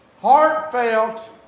Heartfelt